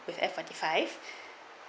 with F forty five